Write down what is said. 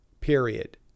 period